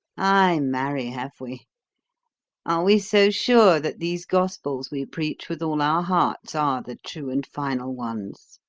ay, marry, have we! are we so sure that these gospels we preach with all our hearts are the true and final ones?